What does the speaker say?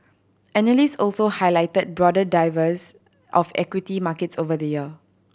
analyst also highlighted broader divers of equity markets over the year